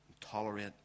tolerate